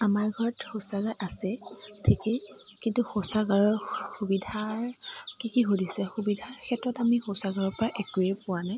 আমাৰ ঘৰত শৌচাগাৰ আছে ঠিকেই কিন্তু শৌচাগাৰৰ সুবিধাৰ কি কি সুধিছে সুবিধাৰ ক্ষেত্ৰত আমি শৌচাগাৰৰ পৰা একোৱেই পোৱা নাই